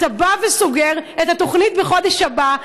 אתה בא וסוגר את התוכנית בחודש הבא,